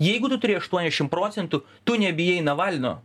jeigu tu turi aštuoniasdešim procentų tu nebijai navalno